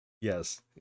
Yes